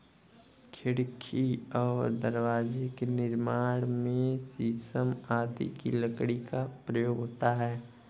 खिड़की और दरवाजे के निर्माण में शीशम आदि की लकड़ी का प्रयोग होता है